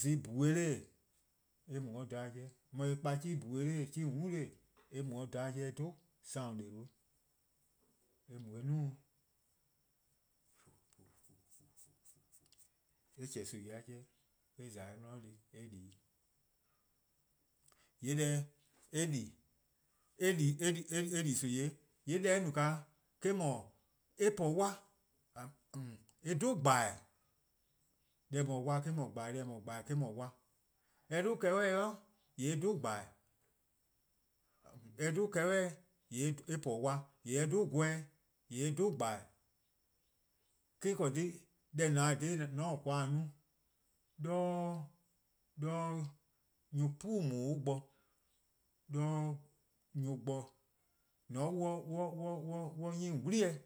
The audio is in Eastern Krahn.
zon :bhue' 'de-', eh mu 'o dha-a 'jeh 'weh, eh 'yeh kpe zon-: :bhue', zon-+ :mm' 'de-' eh mu 'o dha yeh mu. Eh mu eh 'duo: sorn-a 'doluh 'weh :fu :fu :fu eh 'chehn nimi-a eh 'jeh 'weh, eh :za 'de eh 'di deh eh di-', :yee' deh eh di-a eh di nimi-eh 'weh. :yee' deh eh no-a eh 'dhu :gbeh'gh:, deh :eh 'dhu-a wa-' eh-: 'dhu :gbeh'eh:, deh :eh 'dhu-a :gbeh'eh: eh-: 'dhu wa-'. :mor eh 'dhu 'kehbeh' :yee' eh po wa, jorwor: :mor eh 'dhu 'gweh :yee' eh dha :gbeh'eh:. Eh-: :korn dhih deh :on na-a :dha :daa :mor :on taa :koan' no: 'de nyor+-puu' :daa bo, 'de nyor+ bo :mor on 'nyi :on 'wli-eh,.